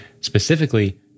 Specifically